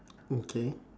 okay